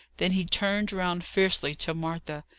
then he turned round fiercely to martha.